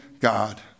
God